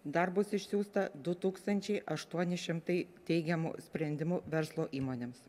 dar bus išsiųsta du tūkstančiai aštuoni šimtai teigiamų sprendimų verslo įmonėms